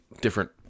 different